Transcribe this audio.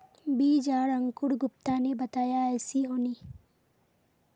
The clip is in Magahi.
बीज आर अंकूर गुप्ता ने बताया ऐसी होनी?